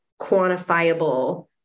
quantifiable